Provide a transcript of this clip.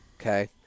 Okay